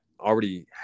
already